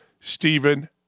Stephen